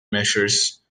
measures